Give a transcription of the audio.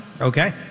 Okay